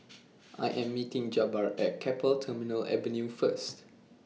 I Am meeting Jabbar At Keppel Terminal Avenue First